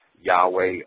Yahweh